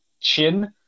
chin